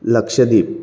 Lakshadweep